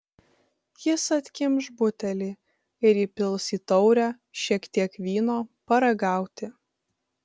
jis atkimš butelį ir įpils į taurę šiek tiek vyno paragauti